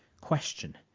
question